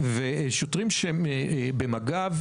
כשנוח לנו אנחנו מסורתיים,